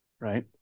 right